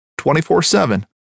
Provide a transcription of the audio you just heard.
24-7